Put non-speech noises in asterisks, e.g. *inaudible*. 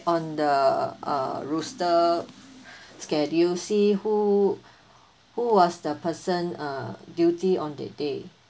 on the uh roster *breath* schedule see who *breath* who was the person uh duty on that day